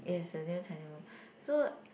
yes the new Chinese movie so